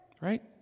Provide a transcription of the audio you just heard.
Right